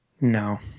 No